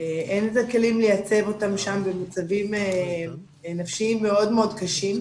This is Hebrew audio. שאין את הכלים לייצב אותם שם במצבים נפשיים מאוד מאוד קשים.